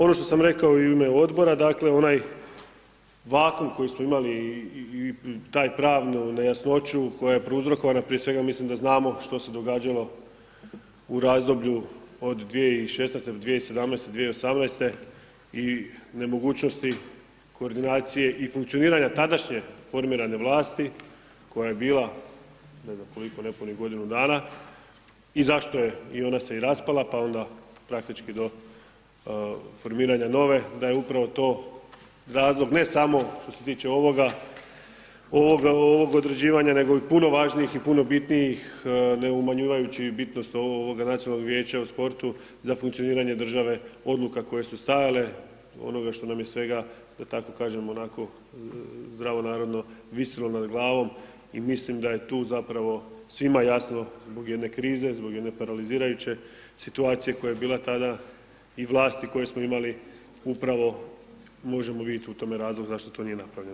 Ono što sam rekao i u ime odbora, dakle, onaj vakuum koji smo imali i taj pravnu nejasnoću koja je prouzrokovana prije svega, mislim da znamo što se događalo u razdoblju od 2016.-2017., 2018. i nemogućnosti koordinacije i funkcioniranje tadašnje formirane vlasti, koje je bila, nepunih godinu dana i zašto je i ona se i raspala, pa onda praktički do formiranja nove da je upravo to razlog ne samo što se tiče ovoga, ovog određivanja, nego i puno važnijih i puno bitnijih ne umanjivajući bitnost ovog Nacionalnog vijeća u sportu za funkcioniranje države odluka koje su stajale, onoga što nam je svega da tako kažem zdravonarodno visjelo nad glavom i mislim da je tu zapravo svima jasno, zbog jedne krize, zbog jedne paralizirajuće situacije koja je bila tada, i vlasti koje smo imali, upravo možemo vidjeti u tome razlog zašto to nije napravljeno.